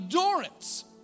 endurance